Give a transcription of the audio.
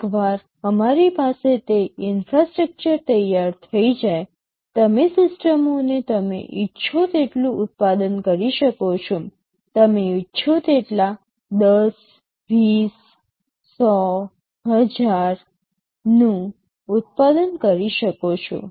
એકવાર અમારી પાસે તે ઇન્ફ્રાસ્ટ્રક્ચર તૈયાર થઈ જાય તમે સિસ્ટમોને તમે ઇચ્છો તેટલું ઉત્પાદન કરી શકો છો તમે ઇચ્છો તેટલા ૧0 ૨0 ૧00 ૧000 નું ઉત્પાદન કરી શકો છો